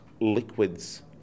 liquids